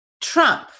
Trump